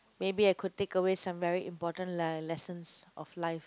maybe I could take away some very important la~ lessons of life